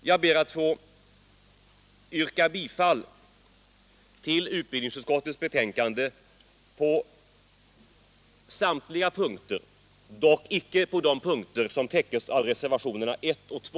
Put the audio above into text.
Jag ber att få yrka bifall till utskottets hemställan på samtliga punkter i betänkandet, utom de som täcks av reservationerna 1 och 2.